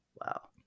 Wow